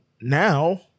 now